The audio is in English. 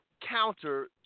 counter